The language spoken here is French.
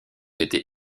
été